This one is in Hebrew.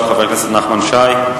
של חבר הכנסת נחמן שי,